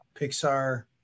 Pixar